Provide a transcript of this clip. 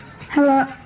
hello